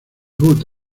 hood